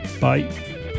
bye